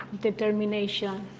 determination